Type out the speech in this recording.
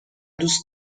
دوست